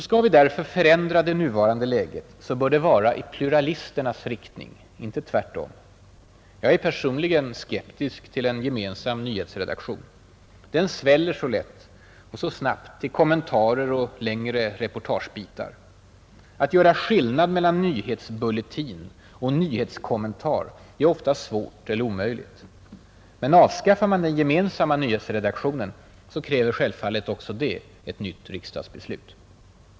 Skall vi därför förändra det nuvarande läget, så bör det vara i pluralisternas riktning, inte tvärtom. Jag är personligen skeptisk till en gemensam nyhetsredaktion. Den sväller så lätt och så snabbt till kommentarer och längre reportagebitar. Att göra skillnad mellan ”nyhetsbulletin” och ”nyhetskommentar” är ofta svårt eller omöjligt. Men avskaffar man den gemensamma nyhetsredaktionen, så kräver självfallet också det ett nytt riksdagsbeslut.